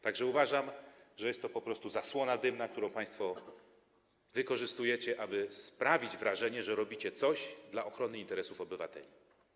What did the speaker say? Tak że uważam, że jest to po prostu zasłona dymna, którą państwo wykorzystujecie, aby sprawić wrażenie, że robicie coś dla ochrony interesów obywateli.